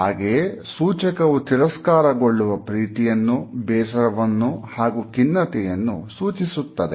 ಹಾಗೆಯೇ ಸೂಚಕವು ತಿರಸ್ಕಾರಗೊಳ್ಳುವ ಪ್ರೀತಿಯನ್ನು ಬೇಸರವನ್ನು ಹಾಗೂ ಖಿನ್ನತೆಯನ್ನು ಸೂಚಿಸುತ್ತದೆ